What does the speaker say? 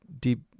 deep